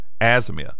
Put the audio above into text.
asthma